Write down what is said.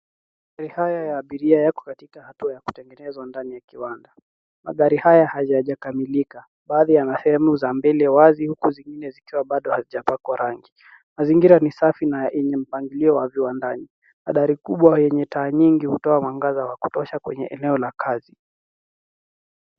Magari haya ya abiria yako katika hatua ya kutengeneza ndani ya kiwanda magari haya hayajakamilika baadhi ana sehemu za mbele wazi huku zingine zikiwa bado hazijapakwa rangi ,mazingira ni safi na yenye mpangilio wa viwandani madari kubwa yenye taa nyingi hutoa mwangaza wa kutosha kwenye eneo la kazi.